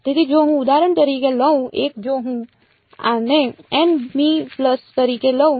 તેથી જો હું ઉદાહરણ તરીકે લઉં 1 જો હું આને n મી પલ્સ તરીકે લઉં